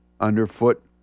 underfoot